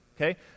okay